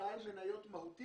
בעל מניות מהותי